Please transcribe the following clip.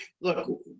look